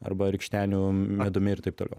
arba rikštenių medumi ir taip toliau